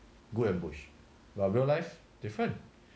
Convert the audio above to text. good ambush but real life different